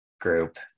group